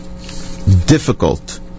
difficult